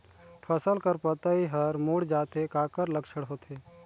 फसल कर पतइ हर मुड़ जाथे काकर लक्षण होथे?